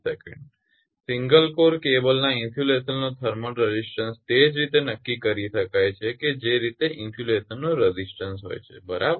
single core કેબલના ઇન્સ્યુલેશનનો thermal resistance તે જ રીતે નક્કી કરી શકાય છે કે જે રીતે ઇન્સ્યુલેશનનો રેઝિસ્ટન્સ હોય છે બરાબર